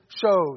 shows